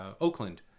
Oakland